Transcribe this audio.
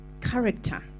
character